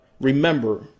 remember